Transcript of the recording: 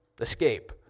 Escape